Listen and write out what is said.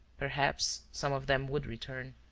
perhaps some of them would return.